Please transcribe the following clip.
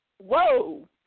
whoa